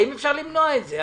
האם אפשר למנוע את זה?